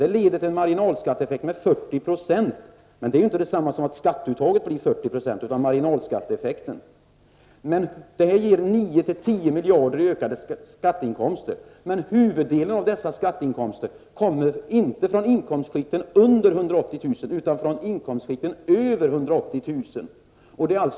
Det leder till en marginalskatteeffekt på 40 %. Men det är ju inte detsamma som att skatteuttaget blir 40 %, utan det gäller endast marginalskatteeffekten. Detta skulle ge mellan 9 och 10 miljarder i ökade skatteinkomster. Huvuddelen av dessa ökade skatteinkomster kommer inte från inkomstskikten under 180 000 kr. utan från skikten över detta belopp.